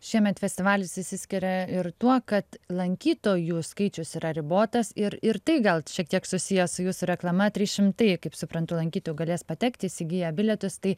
šiemet festivalis išsiskiria ir tuo kad lankytojų skaičius yra ribotas ir ir tai gal šiek tiek susiję su jūsų reklama trys šimti kaip suprantu lankytojų galės patekti įsigiję bilietus tai